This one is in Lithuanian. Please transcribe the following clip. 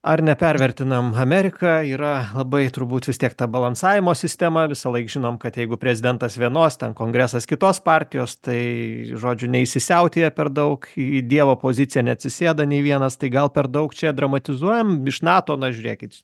ar nepervertinam amerika yra labai turbūt vis tiek ta balansavimo sistema visąlaik žinome kad jeigu prezidentas vienos ten kongresas kitos partijos tai žodžiu neįsisiautėja per daug į dievo poziciją neatsisėda nei vienas tai gal per daug čia dramatizuojam iš nato na žiūrėkit